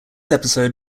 episode